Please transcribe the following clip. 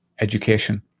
education